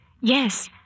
Yes